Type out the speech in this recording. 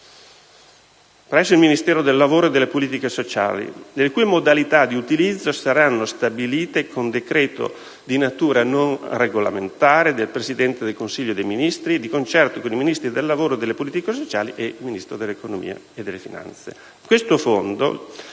presso il Ministero del lavoro e delle politiche sociali, le cui modalità di utilizzo saranno stabilite con decreto di natura non regolamentare del Presidente del Consiglio dei ministri, di concerto con i Ministri del lavoro e delle politiche sociali e dell'economia e delle finanze.